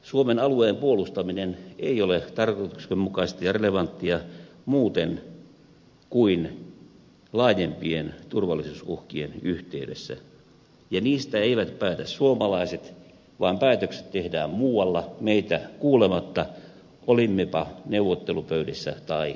suomen alueen puolustaminen ei ole tarkoituksenmukaista muuta kuin laajempien turvallisuusuhkien yhteydessä ja siitä eivät päätä suomalaiset vaan päätökset tehdään muualla meitä kuulematta olimmepa neuvottelupöydissä tai emme